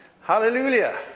Hallelujah